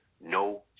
no